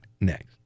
next